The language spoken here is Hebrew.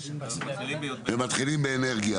ומתחילים באנרגיה.